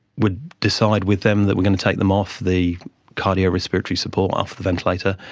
would decide with them that we're going to take them off the cardiorespiratory support, off the ventilator,